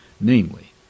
namely